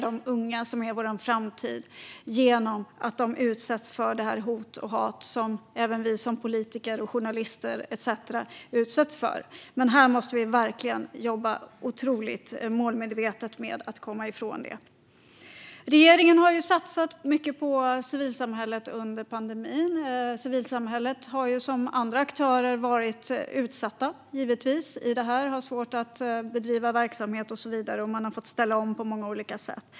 De unga, som är vår framtid, ska inte knäckas genom att utsättas för hot och hat, något som även vi politiker, journalister etcetera utsätts för. Vi måste verkligen jobba otroligt målmedvetet med att komma ifrån detta. Regeringen har satsat mycket på civilsamhället under pandemin. Civilsamhället har givetvis liksom andra aktörer varit utsatt och har svårt att bedriva verksamhet och så vidare. Man har fått ställa om på många olika sätt.